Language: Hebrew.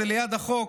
זה ליד החוק.